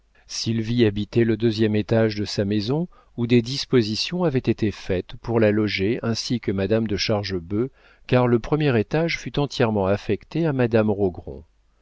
sylvie habitait le deuxième étage de sa maison où des dispositions avaient été faites pour la loger ainsi que madame de chargebœuf car le premier étage fut entièrement affecté à madame rogron